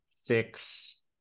six